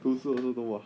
读书 also don't work